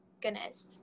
goodness